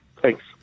Thanks